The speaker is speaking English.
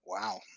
Wow